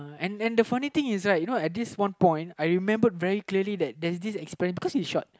and and the funny things is like at this one point I remember very clearly that there're this because he is short